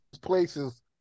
places